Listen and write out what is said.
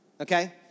Okay